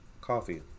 coffee